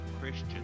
christian